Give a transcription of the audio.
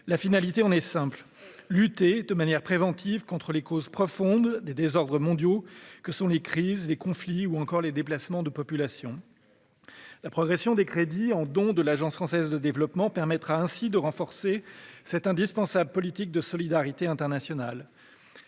La finalité en est simple : lutter de manière préventive contre les causes profondes des désordres mondiaux que sont les crises, les conflits ou encore les déplacements de populations. La progression des crédits en dons de l'Agence française de développement permettra ainsi de renforcer cette indispensable politique de solidarité internationale.